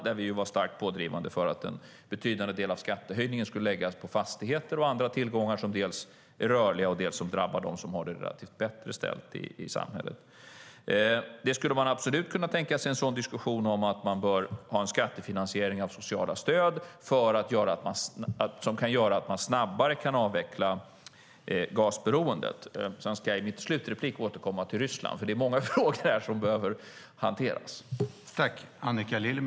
Där var vi starkt pådrivande för att en betydande del av skattehöjningen skulle läggas på fastigheter och andra tillgångar som dels är rörliga och dels drabbar de som har det relativt bättre ställt i samhället. Man skulle absolut kunna tänka sig en diskussion om en skattefinansiering av sociala stöd som kan leda till att man snabbare kan avveckla gasberoendet. Jag ska återkomma till Ryssland i min slutreplik. Det är nämligen många frågor som behöver hanteras här.